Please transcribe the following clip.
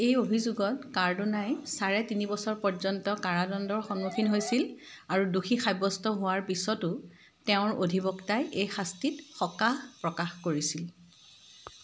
এই অভিযোগত কাৰ্ডোনাই চাৰে তিনি বছৰ পৰ্যন্ত কাৰাদণ্ডৰ সন্মুখীন হৈছিল আৰু দোষী সাব্যস্ত হোৱাৰ পিছতো তেওঁৰ অধিবক্তাই এই শাস্তিত সকাহ প্ৰকাশ কৰিছিল